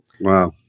Wow